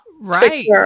Right